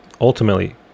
Ultimately